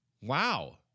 Wow